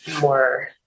more